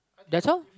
that's all